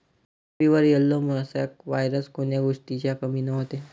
मोसंबीवर yellow mosaic virus कोन्या गोष्टीच्या कमीनं होते?